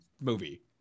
movie